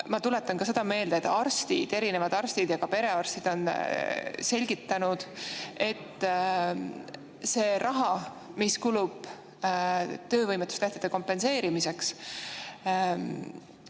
Ma tuletan meelde ka seda, et erinevad arstid, ka perearstid on selgitanud, et seda raha, mis kulub töövõimetuslehtede kompenseerimiseks,